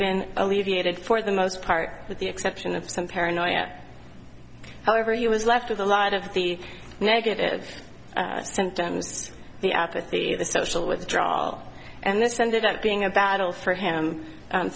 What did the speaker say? been alleviated for the most part with the exception of some paranoia however he was left with a lot of the negative symptoms the apathy the social withdrawal and this ended up being a battle for him